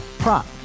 prop